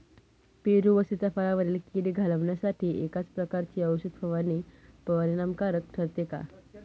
पेरू व सीताफळावरील कीड घालवण्यासाठी एकाच प्रकारची औषध फवारणी परिणामकारक ठरते का?